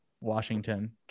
washington